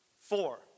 Four